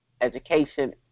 education